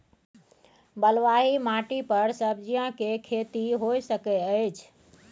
बलुआही माटी पर सब्जियां के खेती होय सकै अछि?